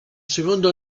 seconda